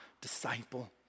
disciple